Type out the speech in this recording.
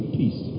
peace